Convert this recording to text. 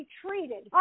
treated